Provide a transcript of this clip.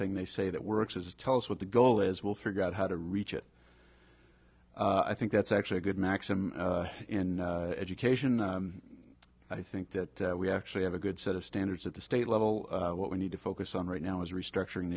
thing they say that works is tell us what the goal is we'll figure out how to reach it i think that's actually a good maxim in education i think that we actually have a good set of standards at the state level what we need to focus on right now is restructuring